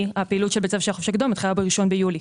הפעילות של בית הספר של החופש הגדול מתחילה ב-1 ביולי.